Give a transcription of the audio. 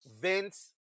Vince